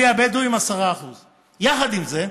הבדואים, 10%. יחד עם זה,